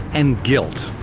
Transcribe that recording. and guilt.